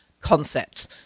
concepts